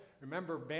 Remember